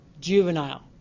juvenile